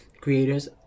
creators